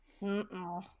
No